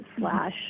slash